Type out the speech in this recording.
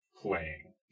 playing